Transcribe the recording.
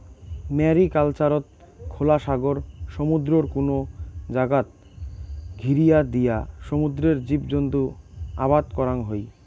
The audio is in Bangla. ম্যারিকালচারত খোলা সাগর, সমুদ্রর কুনো জাগাত ঘিরিয়া দিয়া সমুদ্রর জীবজন্তু আবাদ করাং হই